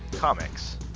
Comics